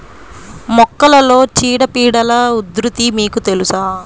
మొక్కలలో చీడపీడల ఉధృతి మీకు తెలుసా?